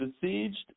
besieged